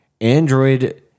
Android